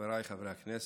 חבריי חברי הכנסת,